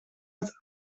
het